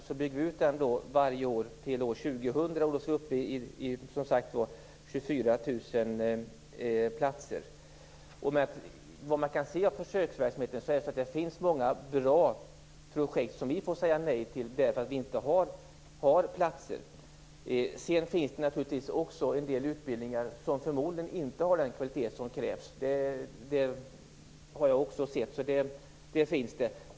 Sedan vill vi bygga ut varje år fram till år 2000, då vi skall vara uppe i 24 000 Av försöksverksamheten kan man se att det finns många bra projekt som vi måste säga nej till därför att platser saknas. Sedan finns det naturligtvis också en del utbildningar som förmodligen inte har den kvalitet som krävs - det har också jag sett.